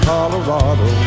Colorado